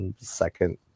second